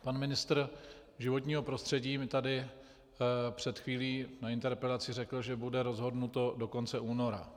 Pan ministr životního prostředí mi tady před chvílí na interpelaci řekl, že bude rozhodnuto do konce února.